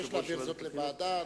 אתה מבקש להעביר זאת לוועדה.